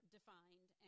Defined